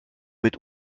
mit